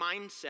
mindset